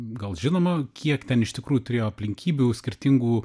gal žinoma kiek ten iš tikrųjų turėjo aplinkybių skirtingų